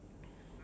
mmhmm